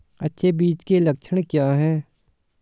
अच्छे बीज के लक्षण क्या हैं?